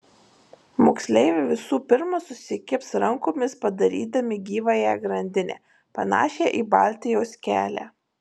moksleiviai visų pirma susikibs rankomis padarydami gyvąją grandinę panašią į baltijos kelią